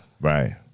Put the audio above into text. Right